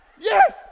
Yes